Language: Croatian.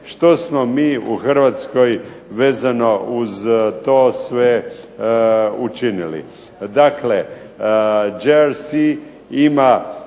što smo mi u Hrvatskoj vezano uz to sve učinili? Dakle, GRC ima